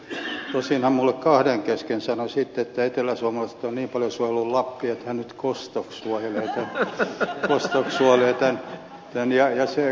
tosin hän minulle kahden kesken sanoi sitten että eteläsuomalaiset ovat niin paljon suojelleet lappia että hän nyt kostoksi suojelee plus tuoksu oli mitään väliä ja tämän